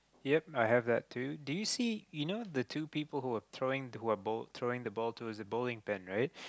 yep I have that too do you see you know the two people who are thowing who are ball thowing the ball to it's bowling pin right